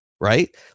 Right